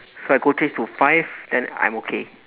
so I go change to five then I'm okay